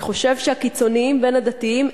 אני חושב שהקיצונים בין הדתיים,